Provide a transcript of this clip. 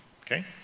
Okay